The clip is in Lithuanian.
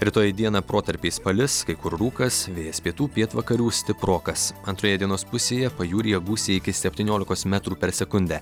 rytoj dieną protarpiais palis kai kur rūkas vėjas pietų pietvakarių stiprokas antroje dienos pusėje pajūryje gūsiai iki septyniolikos metrų per sekundę